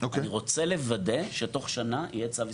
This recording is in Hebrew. אני רוצה לוודא שבתוך שנה יהיה צו איסור,